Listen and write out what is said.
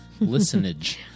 listenage